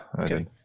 Okay